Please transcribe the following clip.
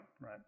right